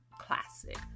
classic